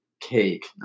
cake